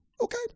Okay